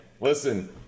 listen